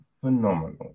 phenomenal